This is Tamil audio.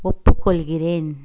ஒப்புக்கொள்கிறேன்